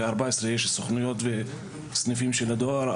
ב-14 יש סוכנויות וסניפים של הדואר.